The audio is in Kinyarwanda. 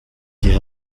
gihe